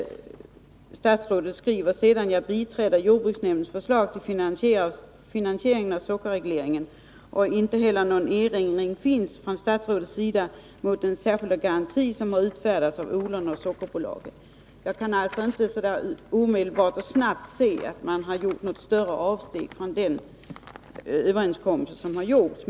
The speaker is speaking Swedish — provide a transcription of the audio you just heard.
Statsrådet säger sedan att han biträder jordbruksnämndens förslag till finansiering av sockerregleringen och att det inte heller finns någon erinring mot den särskilda garanti som har utfärdats av odlarna och sockerbolagen. Jag kan alltså inte omedelbart se att det har gjorts något större avsteg från den överenskommelse som har träffats.